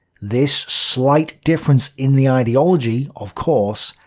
this slight difference in the ideology, of course,